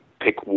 pick